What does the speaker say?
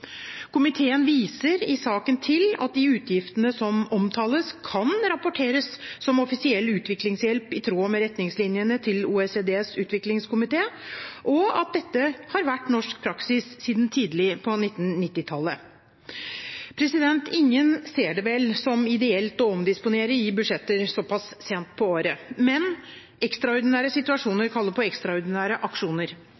Komiteen viser i saken til at de utgiftene som omtales, kan rapporteres som offisiell utviklingshjelp i tråd med retningslinjene til OECDs utviklingskomité, og at dette har vært norsk praksis siden tidlig på 1990-tallet. Ingen ser det vel som ideelt å omdisponere i budsjetter såpass sent på året. Men ekstraordinære situasjoner kaller på ekstraordinære aksjoner.